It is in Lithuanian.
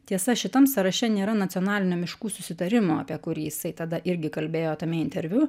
tiesa šitam sąraše nėra nacionalinio miškų susitarimo apie kurį jisai tada irgi kalbėjo tame interviu